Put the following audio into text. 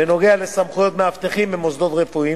בנוגע לסמכויות מאבטחים במוסדות רפואיים,